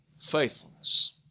Faithfulness